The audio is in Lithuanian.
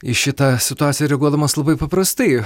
į šitą situaciją reaguodamas labai paprastai